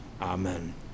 Amen